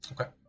Okay